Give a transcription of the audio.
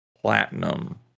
platinum